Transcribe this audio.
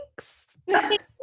Thanks